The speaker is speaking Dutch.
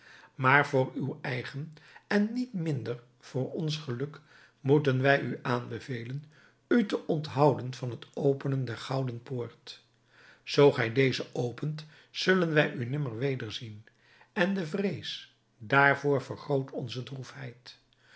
maar voor uw eigen en niet minder voor ons geluk moeten wij u aanbevelen u te onthouden van het openen der gouden poort zoo gij deze opent zullen wij u nimmer wederzien en de vrees daarvoor vergroot onze